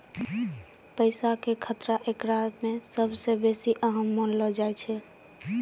पैसा के खतरा एकरा मे सभ से बेसी अहम मानलो जाय छै